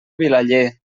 vilaller